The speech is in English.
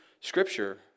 Scripture